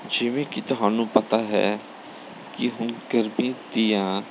ਜਿਵੇਂ ਕਿ ਤੁਹਾਨੂੰ ਪਤਾ ਹੈ ਕਿ ਹੁਣ ਗਰਮੀ ਦੀਆਂ